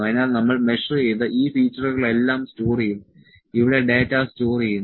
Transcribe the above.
അതിനാൽ നമ്മൾ മെഷർ ചെയ്ത ഈ ഫീച്ചറുകളെല്ലാം സ്റ്റോർ ചെയ്യുന്നു ഇവിടെ ഡാറ്റ സ്റ്റോർ ചെയ്യുന്നു